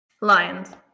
Lions